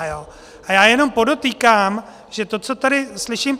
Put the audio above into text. A já jenom podotýkám, že to, co tady slyším...